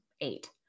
eight